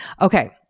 Okay